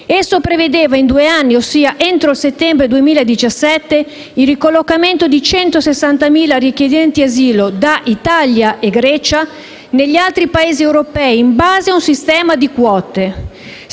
Esso prevedeva in due anni, ossia entro settembre 2017, il ricollocamento di 160.000 richiedenti asilo da Italia e Grecia negli altri Paesi europei in base a un sistema di quote.